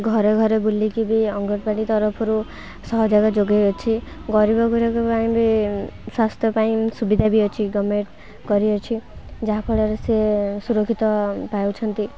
ଘରେ ଘରେ ବୁଲିକି ବି ଅଙ୍ଗନୱାଡ଼ି ତରଫରୁ ସହଯୋଗ ଯୋଗାଇଅଛି ଗରିବ ଗୁରିବ ପାଇଁ ବି ସ୍ୱାସ୍ଥ୍ୟ ପାଇଁ ସୁବିଧା ବି ଅଛି ଗଭର୍ଣ୍ଣମେଣ୍ଟ୍ କରିଅଛି ଯାହା ଫଳରେ ସେ ସୁରକ୍ଷିତ ପାଉଛନ୍ତି